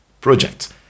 project